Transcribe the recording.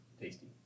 tasty